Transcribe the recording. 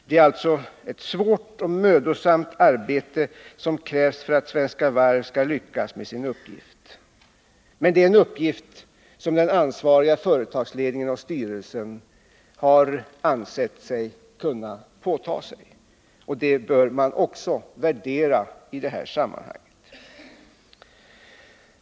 Det är alltså ett svårt och mödosamt arbete som krävs för att Svenska Varv skall lyckas med sin uppgift. Men det är en uppgift som den ansvariga företagsledningen och styrelsen har ansett sig kunna ta på sig. Och det bör man också värdera i det här sammanhanget.